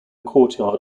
courtyard